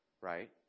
right